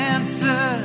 Answer